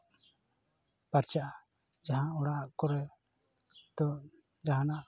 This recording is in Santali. ᱯᱟᱨᱪᱟᱜᱼᱟ ᱡᱟᱦᱟᱸ ᱚᱲᱟᱜ ᱠᱚᱨᱮ ᱟᱫᱚ ᱡᱟᱦᱟᱱᱟᱜ